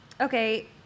Okay